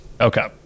Okay